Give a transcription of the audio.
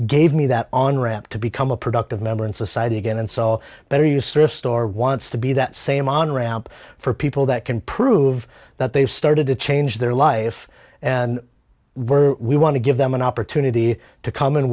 gave me that on ramp to become a productive member in society again and so better use restore wants to be that same on ramp for people that can prove that they've started to change their life and we're we want to give them an opportunity to come and